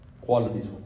Qualities